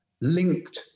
linked